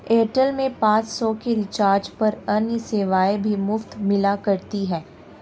Airtel में पाँच सौ के रिचार्ज पर अन्य सेवाएं भी मुफ़्त मिला करती थी